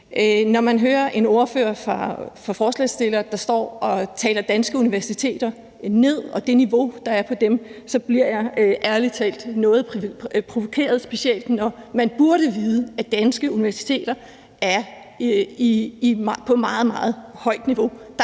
Når jeg hører ordføreren for forslagsstillerne stå og tale danske universiteter og det niveau, der er på dem, ned, så bliver jeg ærlig talt noget provokeret, specielt når man burde vide, at danske universiteter er på et meget, meget højt niveau.